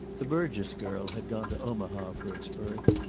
the burgess girl had gone to omaha for its birth,